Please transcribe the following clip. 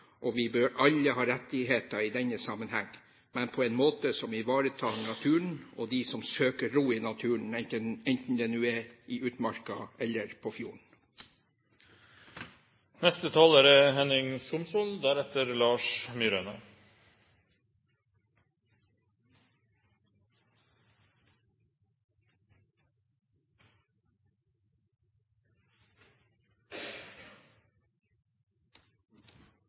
og vi bør alle ha rettigheter i denne sammenheng, men på en måte som ivaretar både naturen og de som søker ro i naturen, enten det er i utmarka eller på fjorden. Representantforslaget om motorferdsel i utmark, og utfallet av dagens debatt, er